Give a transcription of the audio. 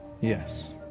Yes